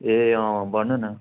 ए भन न